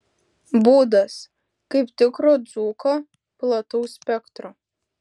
būdas kaip tikro dzūko plataus spektro